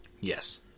Yes